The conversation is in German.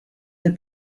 der